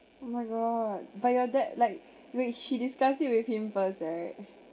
oh my god but your dad like which she discussed it with him first right